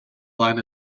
flaen